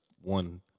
one